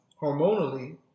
hormonally